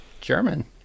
german